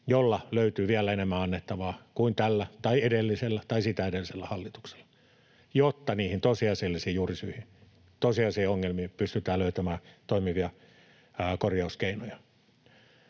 jolla löytyy vielä enemmän annettavaa kuin tällä tai edellisellä tai sitä edeltävällä hallituksella, jotta niihin tosiasiallisiin juurisyihin, tosiasiallisiin ongelmiin, pystytään löytämään toimivia korjauskeinoja.